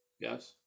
yes